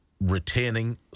retaining